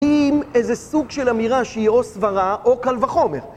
עם איזה סוג של אמירה שהיא או סברה או קל וחומר.